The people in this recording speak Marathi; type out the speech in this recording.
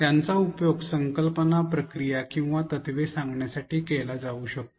त्यांचा उपयोग संकल्पना प्रक्रिया किंवा तत्त्वे सांगण्यासाठी केला जाऊ शकतो